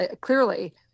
clearly